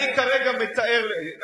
אני כרגע מתאר לך,